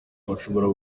bashobora